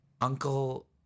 Uncle